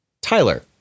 Tyler